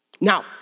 Now